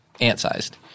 ant-sized